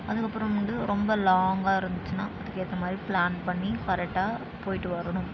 அதுக்கு அப்புறம் வந்து ரொம்ப லாங்காக இருந்துச்சுன்னா அதுக்கு ஏற்ற மாதிரி ப்ளான் பண்ணி கரெக்டாக போய்விட்டு வரணும்